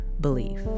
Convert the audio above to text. belief